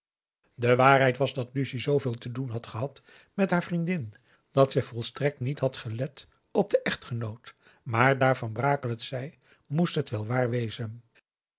de waarheid was dat lucie zooveel te doen had gehad met haar vriendin dat ze volstrekt niet had gelet op den echtgenoot maar daar van brakel het zei moest het wel waar wezen